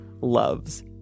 loves